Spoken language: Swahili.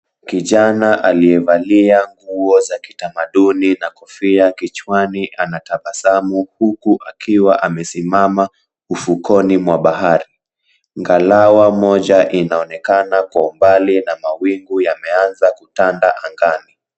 Kijani aliyevalia nguo za kitamaduni na kofia kichwani anatabasamu huku akiwa amesimama ufukoni mwa bahari. Ngalawa moja inaonekana kwa mbali na mawingu yameanza kutanda angani.